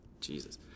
Jesus